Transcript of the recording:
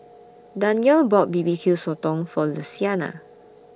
Danyell bought B B Q Sotong For Luciana